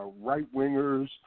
right-wingers